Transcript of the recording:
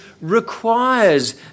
requires